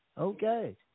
Okay